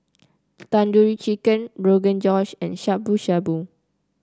Tandoori Chicken Rogan Josh and Shabu Shabu